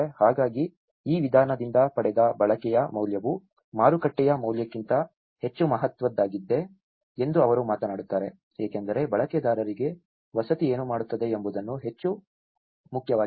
ಹಾಗಾಗಿ ಈ ವಿಧಾನದಿಂದ ಪಡೆದ ಬಳಕೆಯ ಮೌಲ್ಯವು ಮಾರುಕಟ್ಟೆಯ ಮೌಲ್ಯಕ್ಕಿಂತ ಹೆಚ್ಚು ಮಹತ್ವದ್ದಾಗಿದೆ ಎಂದು ಅವರು ಮಾತನಾಡುತ್ತಾರೆ ಏಕೆಂದರೆ ಬಳಕೆದಾರರಿಗೆ ವಸತಿ ಏನು ಮಾಡುತ್ತದೆ ಎಂಬುದು ಹೆಚ್ಚು ಮುಖ್ಯವಾಗಿದೆ